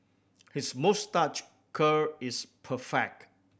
his moustache curl is perfect